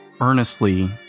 earnestly